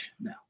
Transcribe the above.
no